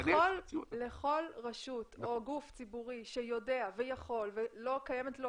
לכל רשות או גוף ציבורי שיודע ויכול ולא קיימת לו